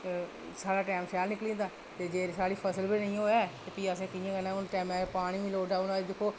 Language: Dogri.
ते साढ़ा टैम शैल निकली जंदा ते जेकर साढ़ी फसल गै निं होऐ ते भी कि'यां हून टैमें पर पानी बी लोड़चदा